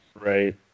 Right